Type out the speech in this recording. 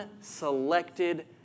selected